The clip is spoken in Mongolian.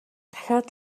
дахиад